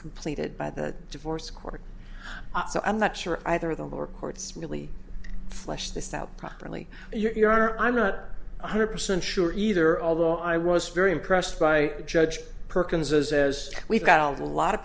completed by the divorce court so i'm not sure either the lower courts really flesh this out properly you're i'm not one hundred percent sure either although i was very impressed by the judge perkins as as we've got a lot